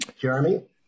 Jeremy